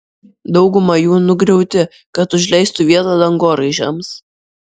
dauguma jų nugriauti kad užleistų vietą dangoraižiams